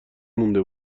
مونده